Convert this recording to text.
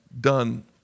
Done